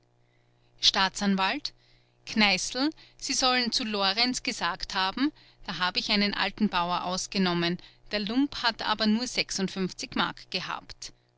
staatsanwalt kneißl sie sollen zu lorenz gesagt haben da habe ich einen alten bauer ausgenommen der lump hat aber nur m gehabt